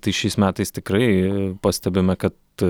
tai šiais metais tikrai pastebime kad